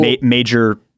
major